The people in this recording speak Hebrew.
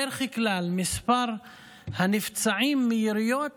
מספר הנפצעים מיריות הוא,